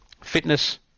Fitness